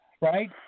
right